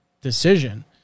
decision